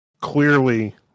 Clearly